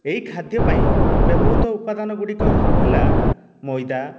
ଏହି ଖାଦ୍ୟ ପାଇଁ ବ୍ୟବହୃତ ଉପାଦାନ ଗୁଡ଼ିକ ହେଲା ମଇଦା